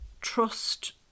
trust